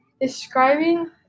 Describing